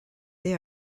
they